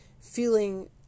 feeling